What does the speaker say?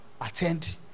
attend